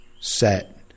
set